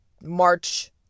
March